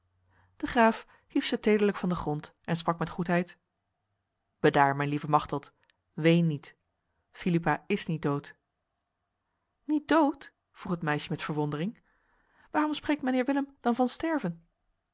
de graaf hief ze tederlijk van de grond en sprak met goedheid bedaar mijn lieve machteld ween niet philippa is niet dood niet dood vroeg het meisje met verwondering waarom spreekt mijnheer willem dan van sterven